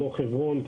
אזור חברון,